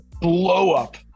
blow-up